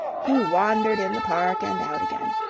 he wandered in the park and out again.